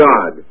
God